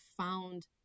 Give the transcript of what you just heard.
found